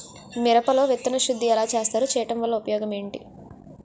మిరప లో విత్తన శుద్ధి ఎలా చేస్తారు? చేయటం వల్ల ఉపయోగం ఏంటి?